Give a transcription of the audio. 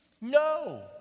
No